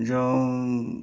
ଯେଉଁ